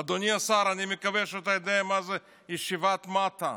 אדוני השר, אני מקווה שאתה יודע מה זה ישיבת מת"ע.